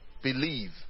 Believe